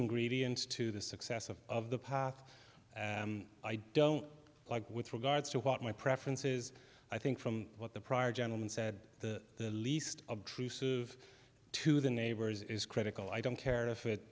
ingredient to the success of of the path i don't like with regards to what my preference is i think from what the prior gentleman said the least obtrusive to the neighbors is critical i don't care if it